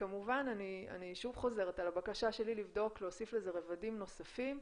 וכמובן אני שוב חוזרת על הבקשה שלי לבדוק להוסיף לזה רבדים נוספים,